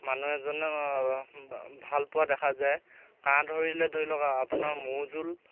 মানুহ এজনে ভাল পোৱা দেখা যায় কাঁহ ধৰিলে ধৰি লওক আপোনাৰ মৌ জোল